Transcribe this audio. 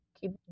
keep